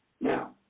Now